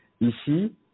Ici